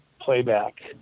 playback